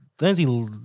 Lindsay